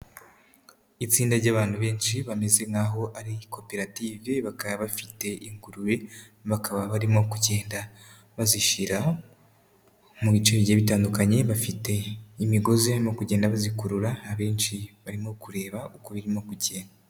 Itsinda ry'abantu benshi bameze nk'aho ari koperative bakaba bafite ingurube, bakaba barimo kugenda bazishyira mu bice bigiye bitandukanye, bafite imigozi barimo kugenda bazikurura abenshi barimo kureba uko birimo kugenda.